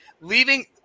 leaving